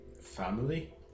Family